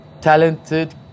Talented